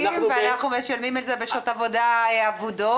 ואנחנו משלמים את זה בשעות עבודה אבודות,